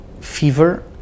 fever